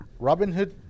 Robinhood